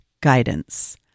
guidance